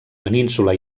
península